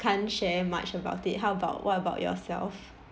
can't share much about it how about what about yourself